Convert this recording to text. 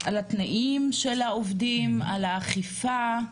על התנאים של העובדים, על האכיפה.